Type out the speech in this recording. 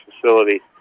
facility